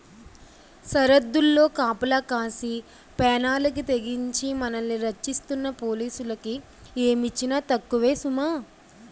సరద్దుల్లో కాపలా కాసి పేనాలకి తెగించి మనల్ని రచ్చిస్తున్న పోలీసులకి ఏమిచ్చినా తక్కువే సుమా